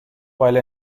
while